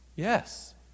Yes